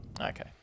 Okay